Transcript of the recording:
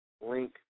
link